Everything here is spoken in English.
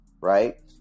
Right